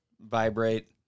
vibrate